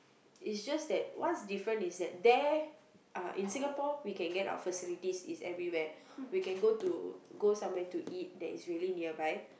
it's just that what's different is that there uh in Singapore we can get our facilities it's everywhere we can go to go somewhere to eat that is really nearby